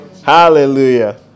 Hallelujah